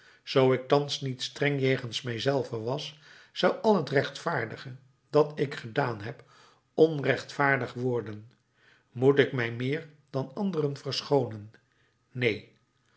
zoo ik thans niet streng jegens mijzelven was zou al het rechtvaardige dat ik gedaan heb onrechtvaardig worden moet ik mij meer dan anderen verschoonen neen